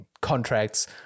contracts